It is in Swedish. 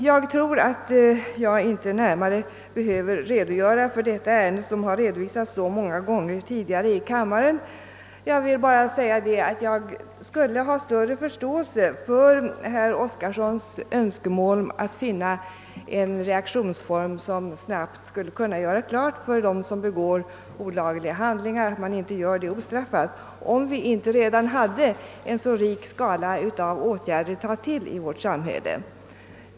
Jag tror att jag inte närmare behöver redogöra för detta ärende, som har redovisats så många gånger tidigare i kammaren. Jag vill bara säga att jag skulle ha större förståelse för herr Öskarsons önskemål att finna en reaktionsform som snabbt skulle kunna göra klart för dem som begår olagliga handlingar att de inte gör det ostraffat, om vi inte redan hade en så rik skala av åtgärder att ta till i vårt samhälle.